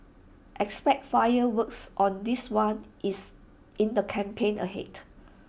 expect fireworks on this one is in the campaign ahead